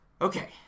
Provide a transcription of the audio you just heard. Okay